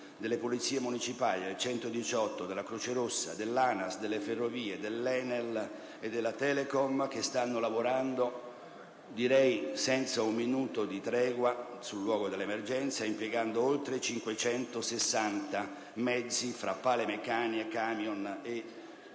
delle Polizie municipali, del 118, della Croce rossa, dell'ANAS, delle Ferrovie, dell'ENEL e della Telecom che stanno lavorando, direi senza un minuto di tregua, sul luogo dell'emergenza, impiegando oltre 560 mezzi, fra pale meccaniche, camion ed